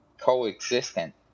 coexistent